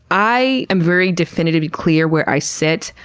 i am very definitively clear where i sit.